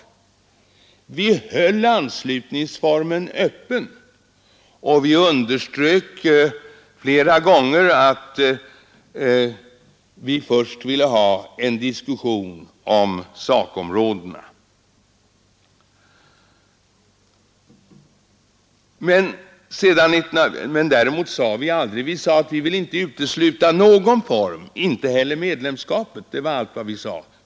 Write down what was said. Vi höll anslutningsformen öppen och vi underströk flera gånger att vi först ville ha en diskussion om sakområdena. Däremot sade vi aldrig något mer än att vi inte ville utesluta någon form, inte heller medlemskapet.